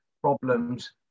problems